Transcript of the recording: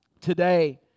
today